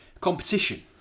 Competition